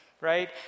right